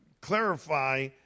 clarify